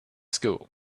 school